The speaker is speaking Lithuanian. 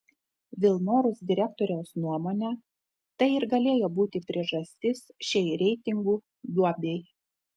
vilmorus direktoriaus nuomone tai ir galėjo būti priežastis šiai reitingų duobei